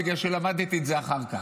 בגלל שלמדתי את זה אחר כך,